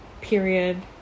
period